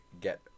get